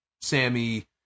Sammy